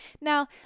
Now